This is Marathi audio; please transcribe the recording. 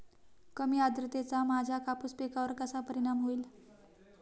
कमी आर्द्रतेचा माझ्या कापूस पिकावर कसा परिणाम होईल?